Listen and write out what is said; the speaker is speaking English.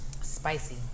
Spicy